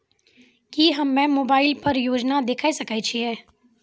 की हम्मे मोबाइल पर योजना देखय सकय छियै?